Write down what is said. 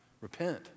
repent